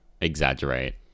exaggerate